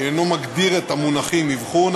שאינו מגדיר את המונחים "אבחון,